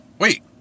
Wait